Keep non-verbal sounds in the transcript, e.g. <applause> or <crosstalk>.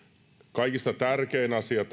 kaikista tärkein asia <unintelligible>